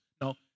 no